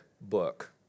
book